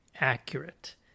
accurate